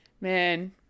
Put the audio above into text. Man